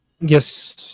Yes